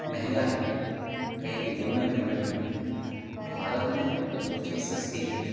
مہنگا ہے کہیں کہ گھومنا پھرنا بھی مہنگا ہے بھارت میں وہ چیز سستی ہے